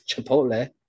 Chipotle